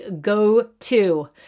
go-to